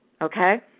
okay